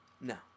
No